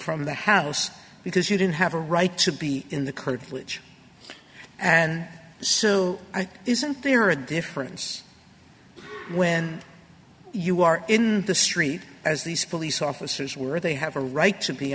from the house because you didn't have a right to be in the curtilage and so isn't there a difference when you are in the street as these police officers were they have a right to be